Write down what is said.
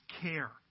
care